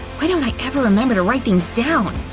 why don't i ever remember to write things down!